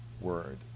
Word